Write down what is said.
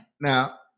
Now